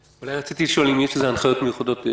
רציתי לשאול אם יש איזה הנחיות מיוחדות.